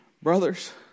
Brothers